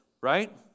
right